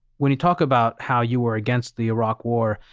when you talk about how you were against the iraq war,